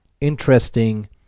interesting